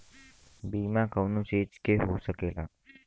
बीमा कउनो चीज के हो सकेला